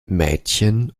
mädchen